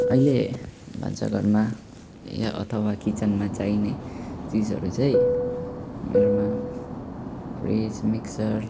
अहिले भान्साघरमा ए अथवा किचनमा चाहिने चिजहरू चाहिँ मेरोमा फ्रिज मिक्सर